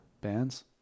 bands